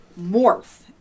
morph